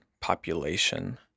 population